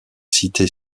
cité